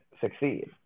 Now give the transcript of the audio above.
succeed